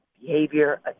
behavior